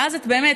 ואז את באמת,